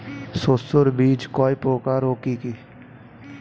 শস্যের বীজ কয় প্রকার ও কি কি?